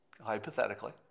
hypothetically